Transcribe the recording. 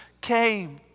came